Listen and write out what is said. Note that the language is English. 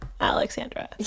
Alexandra